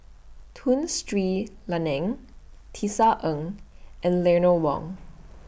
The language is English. Tun Sri Lanang Tisa Ng and Eleanor Wong